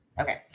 Okay